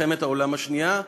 מלחמת העולם השנייה.